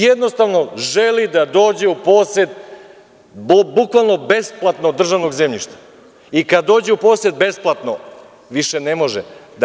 Jednostavno, želi da dođe u posed besplatnog državnog zemljišta i kada dođe u posed besplatno, više ne može.